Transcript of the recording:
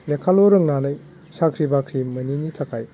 लेखाल' रोंनानै साख्रि बाख्रि मोनिनि थाखाय